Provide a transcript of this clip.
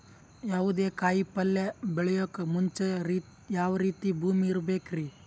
ಯಾವುದೇ ಕಾಯಿ ಪಲ್ಯ ಬೆಳೆಯೋಕ್ ಮುಂಚೆ ಯಾವ ರೀತಿ ಭೂಮಿ ಇರಬೇಕ್ರಿ?